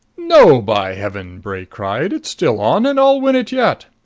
no, by heaven! bray cried. it's still on, and i'll win it yet.